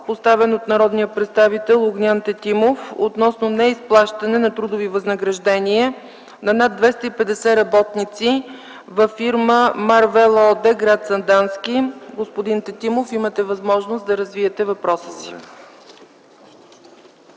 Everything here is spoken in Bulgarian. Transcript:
поставен от народния представител Огнян Тетимов относно неизплащане на трудови възнаграждения на над 250 работници във фирма „Марвел” ООД – гр. Сандански. Господин Тетимов, имате възможност да развиете въпроса си.